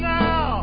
now